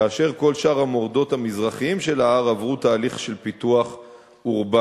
כאשר כל שאר המורדות המזרחיים של ההר עברו תהליך של פיתוח אורבני.